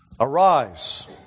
Arise